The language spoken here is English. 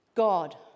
God